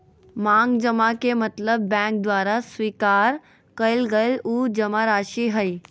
मांग जमा के मतलब बैंक द्वारा स्वीकार कइल गल उ जमाराशि हइ